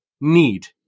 need